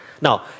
Now